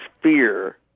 fear